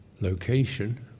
location